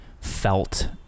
felt